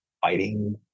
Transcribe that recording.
fighting